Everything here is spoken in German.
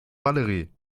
valerie